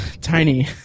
tiny